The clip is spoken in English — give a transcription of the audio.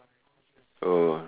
oh